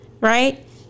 Right